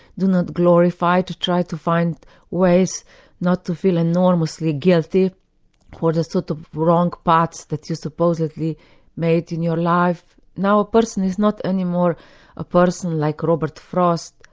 do not glorify to try to find ways not to feel enormously guilty for the sort of wrong paths that you supposedly made in your life. no, a person is not any more a person like robert frost,